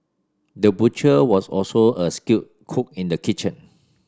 the butcher was also a skilled cook in the kitchen